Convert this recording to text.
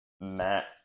Matt